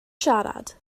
siarad